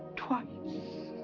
twice. i